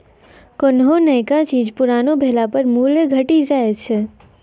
कोन्हो नयका चीज पुरानो भेला पर मूल्य घटी जाय छै